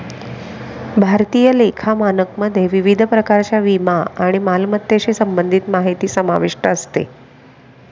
भारतीय लेखा मानकमध्ये विविध प्रकारच्या विमा आणि मालमत्तेशी संबंधित माहिती समाविष्ट असते